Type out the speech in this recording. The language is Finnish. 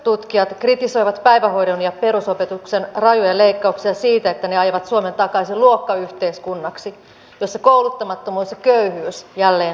köyhyystutkijat kritisoivat päivähoidon ja perusopetuksen rajuja leikkauksia siitä että ne ajavat suomen takaisin luokkayhteiskunnaksi jossa kouluttamattomuus ja köyhyys jälleen periytyvät